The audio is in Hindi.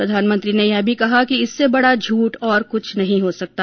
प्रधानमंत्री ने कहा कि इससे बडा झूठ और कुछ नहीं हो सकता